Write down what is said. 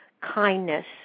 Kindness